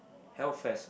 Hell Fest